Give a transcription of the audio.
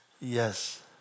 Yes